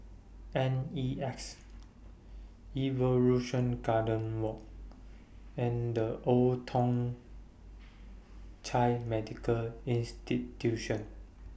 N E X Evolution Garden Walk and The Old Thong Chai Medical Institution